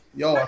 yo